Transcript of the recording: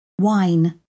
Wine